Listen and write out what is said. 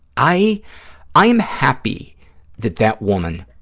i i am happy that that woman